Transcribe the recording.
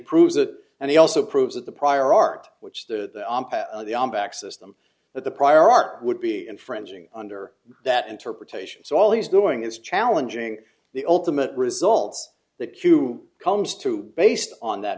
proves that and he also proves that the prior art which the back system but the prior art would be infringing under that interpretation so all he's doing is challenging the ultimate results that q comes to based on that